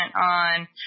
on